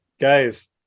guys